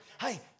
hey